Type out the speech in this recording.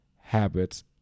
habits